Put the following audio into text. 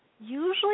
usually